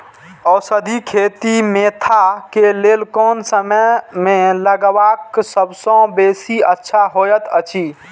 औषधि खेती मेंथा के लेल कोन समय में लगवाक सबसँ बेसी अच्छा होयत अछि?